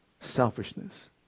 Selfishness